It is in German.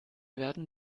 werden